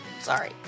Sorry